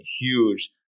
huge